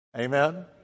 Amen